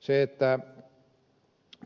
sille että